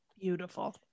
beautiful